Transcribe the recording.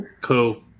Cool